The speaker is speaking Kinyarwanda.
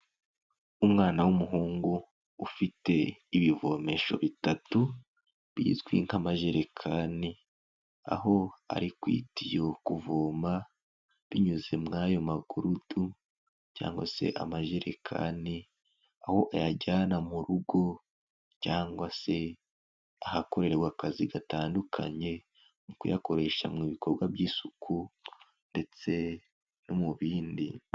Umwana w'umuhungu ufite ibivomesho bitatu bizwi nk'amajerekani, aho ari ku itiyo kuvoma binyuze mu ayo makurutu cyangwa se amajerekani, aho ayajyana mu rugo cyangwa se ahakorerwa akazi gatandukanye, mu kuyakoresha mu bikorwa by'isuku ndetse no mu bindi.